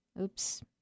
Oops